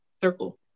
circle